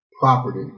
property